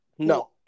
No